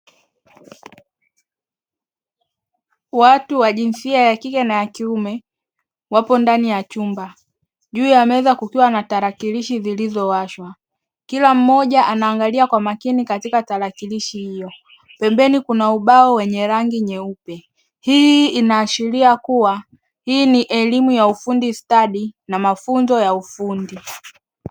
Watu wa jinsia ya kike na ya kiume wapo ndani ya chumba, juu ya meza kukiwa na tarakilishi zilizowashwa. Kila mmoja anaangalia kwa makini katika tarakilishi hiyo; pembeni kuna ubao wenye rangi nyeupe. Hii inaashiria kuwa hii ni elimu ya ufundi stadi na mafunzo ya ufundi.